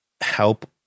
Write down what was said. help